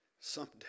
someday